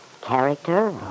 character